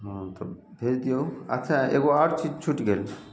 हँ तब भेज दियौ अच्छा एगो आर अथी छुटि गेल